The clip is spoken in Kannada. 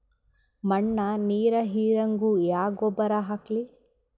ಮಣ್ಣ ನೀರ ಹೀರಂಗ ಯಾ ಗೊಬ್ಬರ ಹಾಕ್ಲಿ?